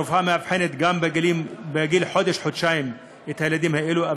הרפואה מאבחנת גם בגיל חודש-חודשיים את הילדים האלה,